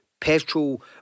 petrol